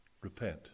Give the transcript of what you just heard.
repent